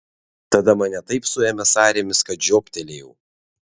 tada mane taip suėmė sąrėmis kad žioptelėjau